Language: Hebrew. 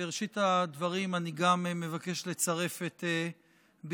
בראשית הדברים אני גם מבקש לצרף את ברכותיי